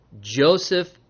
Joseph